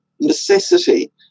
necessity